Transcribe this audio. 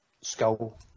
skull